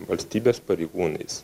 valstybės pareigūnais